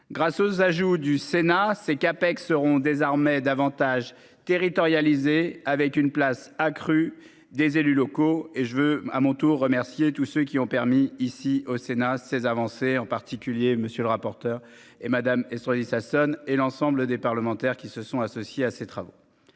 Grâce aux ajouts du Sénat c'est CAPEX seront désarmés davantage territorialisée avec une place accrue des élus locaux et je veux à mon tour remercier tous ceux qui ont permis, ici au Sénat ces avancées, en particulier monsieur le rapporteur. Et Madame Estrosi Sassone et l'ensemble des parlementaires qui se sont associés à ces travaux.